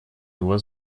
его